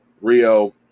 Rio